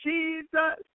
Jesus